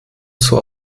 zwar